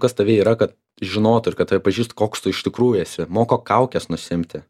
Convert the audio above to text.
kas tave yra kad žinotų ir kad tave pažįstų koks tu iš tikrųjų esi moko kaukes nusiimti